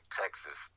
texas